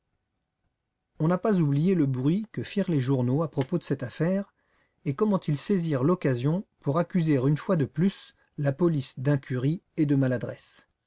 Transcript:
on n'a pas oublié le bruit que firent les journaux à propos de cette affaire et comment ils saisirent l'occasion pour accuser une fois de plus la police d'incurie et de maladresse